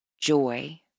joy